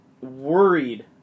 worried